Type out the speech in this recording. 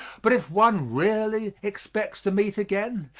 but if one really expects to meet again,